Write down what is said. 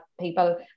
people